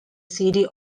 city